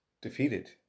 defeated